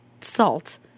salt